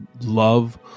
love